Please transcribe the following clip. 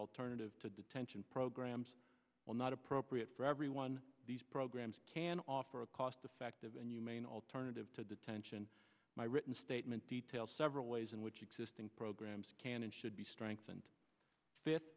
alternative to detention programs or not appropriate for everyone these programs can offer a cost effective and you main alternative to detention my written statement details several ways in which existing programs can and should be strengthened faith